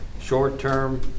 Short-Term